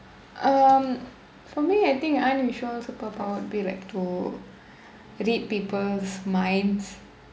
um for me I think unusual superpower be like to read people's minds